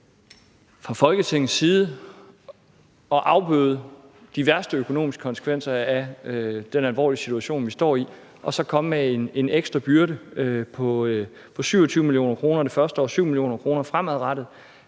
fra Folketingets side sørger for at afbøde de værste økonomiske konsekvenser af den alvorlige situation, vi står i, så at komme med en ekstra byrde på 27 mio. kr. det første år og 7 mio. kr. fremadrettet?